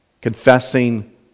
Confessing